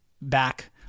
back